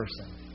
person